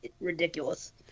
ridiculous